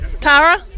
Tara